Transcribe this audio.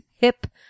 hip